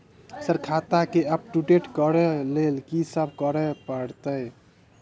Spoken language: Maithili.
सर खाता केँ अपडेट करऽ लेल की सब करै परतै?